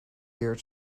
year